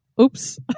Oops